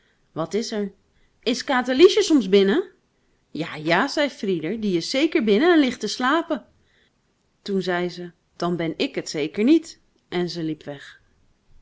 wat is er is katerliesje soms binnen ja ja zei frieder die is zeker binnen en ligt te slapen toen zei ze dan ben ik het zeker niet en ze liep weg